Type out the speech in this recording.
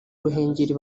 ruhengeri